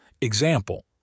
Example